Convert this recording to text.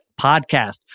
podcast